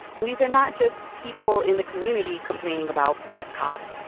and these are not just people in the community complaining about bad cops.